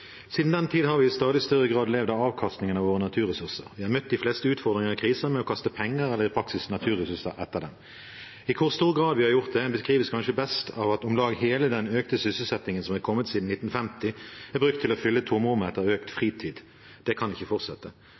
Siden den tid har vi i stadig større grad levd av avkastningene av våre naturressurser. Vi har møtt de fleste utfordringer og kriser med å kaste penger – i praksis naturressurser – etter dem. I hvor stor grad vi har gjort det, beskrives kanskje best ved at om lag hele den økte sysselsettingen som har kommet siden 1950, er brukt til å fylle tomrommet etter økt fritid. Det kan ikke fortsette.